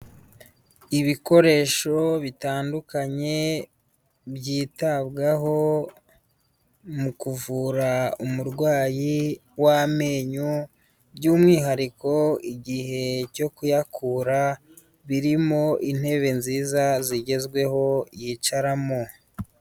Ibikoresho bitandukanye byitabwaho mu kuvura umurwayi w'amenyo by'umwihariko igihe cyo kuyakura birimo intebe nziza zigezweho yicaramo.